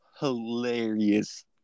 hilarious